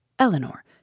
Eleanor